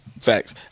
facts